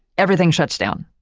everything shuts down.